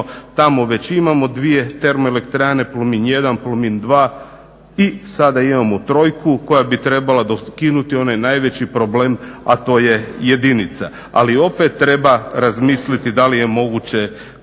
tamo već imamo 2 termoelektrane Plomin 1, Plomin 2 i sada imamo trojku koja bi trebala dokinuti onaj najveći problem a to je jedinica. Ali opet treba razmisliti da li je moguće